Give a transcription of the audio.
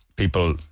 People